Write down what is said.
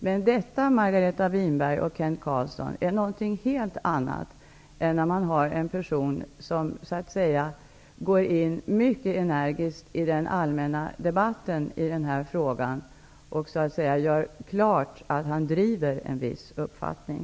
Men detta, Margareta Winberg och Kent Carlsson, är något helt annat än när det är fråga om en person som mycket energiskt deltar i den allmänna debatten och gör det klart att han driver en viss uppfattning.